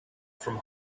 from